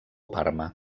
parma